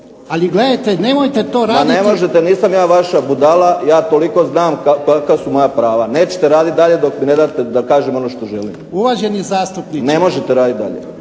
Ali gledajte nemojte to raditi. Ma ne možete. Nisam ja vaša budala. Ja toliko znam kakva su moja prava. Nećete raditi dalje dok mi ne date da kažem ono što želim. **Jarnjak, Ivan (HDZ)** Uvaženi zastupniče